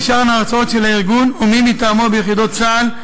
בצה"ל ולא תאושרנה הרצאות של הארגון או מי מטעמו ביחידות צה"ל,